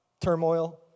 turmoil